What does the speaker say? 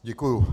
Děkuju.